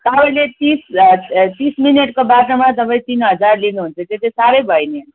तपाईँले तिस तिस मिनेटको बाटोमा तपाईँ तिन हजार लिनुहुन्छ त्यो त साह्रै भयो नि अन्त